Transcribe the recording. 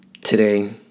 Today